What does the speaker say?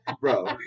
Bro